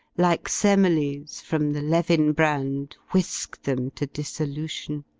like semele s from the levin-brand. whisk them to dissolution